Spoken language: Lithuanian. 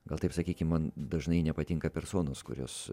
gal taip sakykim man dažnai nepatinka personos kurios